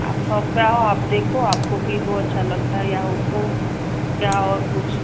आप सॉप पर आओ आप देखो आपको भीबो अच्छा लगता है या ओप्पो या और कुछ